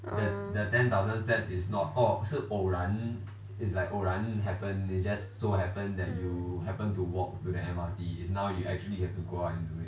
!aiya! mm